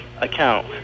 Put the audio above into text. account